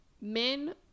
Men